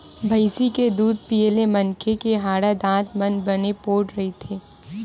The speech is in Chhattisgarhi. भइसी के दूद पीए ले मनखे के हाड़ा, दांत मन बने पोठ रहिथे